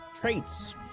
Traits